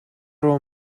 руу